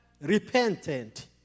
repentant